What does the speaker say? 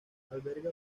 alberga